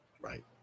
Right